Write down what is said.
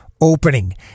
opening